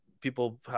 people